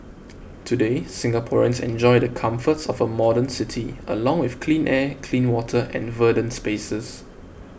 today Singaporeans enjoy the comforts of a modern city along with clean air clean water and verdant spaces